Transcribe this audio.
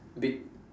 big